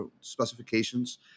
specifications